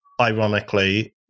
ironically